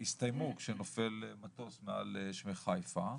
הסתיימו כשנופל מטוס מעל שמי חיפה,